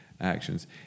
actions